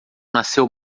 nasceu